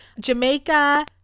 Jamaica